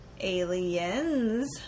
Aliens